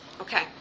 Okay